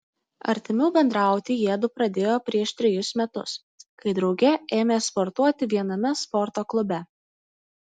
artimiau bendrauti jiedu pradėjo prieš trejus metus kai drauge ėmė sportuoti viename sporto klube